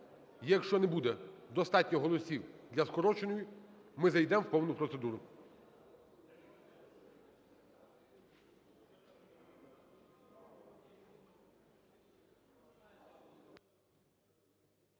Якщо не буде достатньо голосів для скороченої, ми зайдемо у повну процедуру.